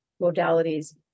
modalities